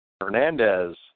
Hernandez